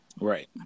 Right